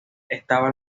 estaba